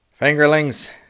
Fingerlings